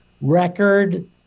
record